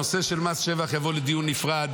הנושא של מס שבח יבוא לדיון נפרד.